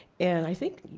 and i think,